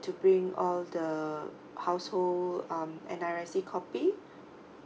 to bring all the household um N_R_I_C copy